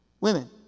Women